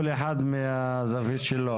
כל אחד מהזווית שלו.